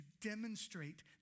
demonstrate